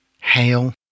hail